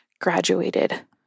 graduated